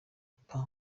pas